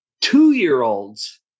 Two-year-olds